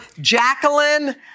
Jacqueline